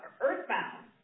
earthbound